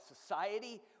society